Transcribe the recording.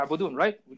right